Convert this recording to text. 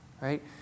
right